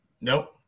Nope